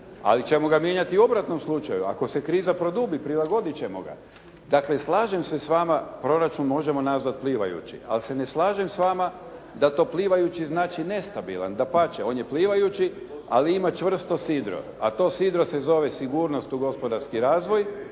ali ćemo ga mijenjati u obratnom slučaju, ako se produbi, prilagodit ćemo ga. Dakle, slažem se s vama proračun možemo nazvati plivajući, ali se ne slažem s vama da to plivajući znači nestabilan, dapače on je plivajući ali ima čvrsto sidro. A to sidro se zove sigurnost u gospodarski razvoj